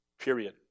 Period